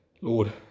Lord